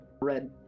red